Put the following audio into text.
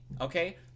okay